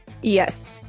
yes